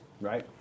right